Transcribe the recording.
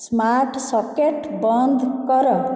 smart socket ବନ୍ଦ କର